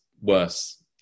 worse